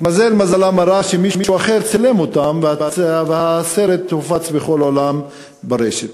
התמזל מזלם הרע ומישהו אחר צילם אותם והסרט הופץ בכל העולם ברשת.